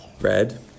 Red